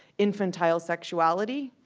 infantile sexuality.